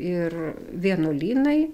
ir vienuolynai